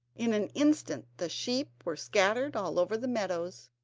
in an instant the sheep were scattered all over the meadows,